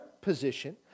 position